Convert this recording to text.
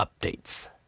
updates